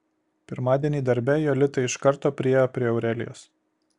pirmadienį darbe jolita iš karto priėjo prie aurelijos